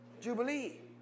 Jubilee